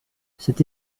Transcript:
cette